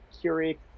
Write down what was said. Curie